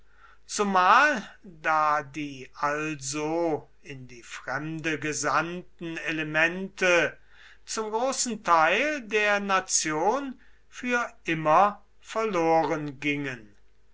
zumal da die also in die fremde gesandten elemente zum großen teil der nation für immer verloren gingen